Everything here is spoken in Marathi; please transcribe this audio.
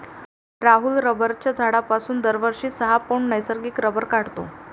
राहुल रबराच्या झाडापासून दरवर्षी सहा पौंड नैसर्गिक रबर काढतो